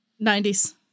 90s